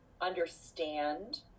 understand